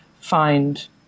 find